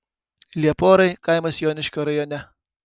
lieporai kaimas joniškio rajone